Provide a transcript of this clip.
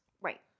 Right